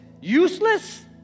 useless